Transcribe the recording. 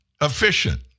efficient